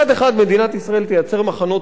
מדינת ישראל תייצר מחנות כליאה,